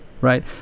right